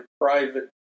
private